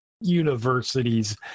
universities